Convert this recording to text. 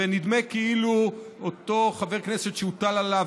ונדמה כאילו אותו חבר כנסת שהוטלה עליו